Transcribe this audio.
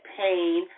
pain